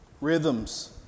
rhythms